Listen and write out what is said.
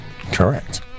Correct